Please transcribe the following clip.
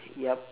yup